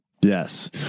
Yes